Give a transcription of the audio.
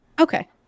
Okay